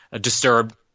disturbed